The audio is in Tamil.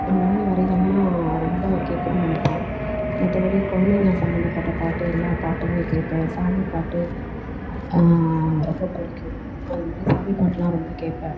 அந்த மாதிரி வரிகள்லாம் ரொம்ப கேட்கணுன்னு நினைப்பேன் மற்றப்படி கொழந்தைங்க சம்பந்தப்பட்ட பாட்டு எல்லா பாட்டுமே கேட்பேன் சாமி பாட்டு ரொம்ப பிடிக்கும் அது மாதிரி சாமி பாட்டுலாம் ரொம்ப கேட்பேன்